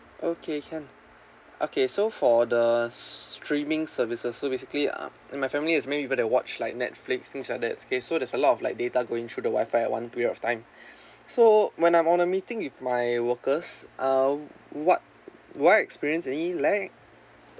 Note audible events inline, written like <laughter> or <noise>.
okay can okay so for the s~ streaming services so basically uh and my family is maybe they watch like netflix things like that K so there's a lot of like data going through the WI-FI at one period of time <breath> so when I'm on a meeting with my workers uh what will I experience any lag